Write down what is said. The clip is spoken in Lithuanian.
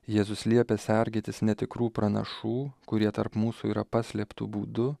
jėzus liepia sergėtis netikrų pranašų kurie tarp mūsų yra paslėptu būdu